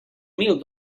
mil